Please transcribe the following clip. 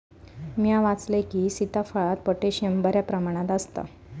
म्या वाचलंय की, सीताफळात पोटॅशियम बऱ्या प्रमाणात आसता